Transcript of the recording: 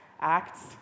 Acts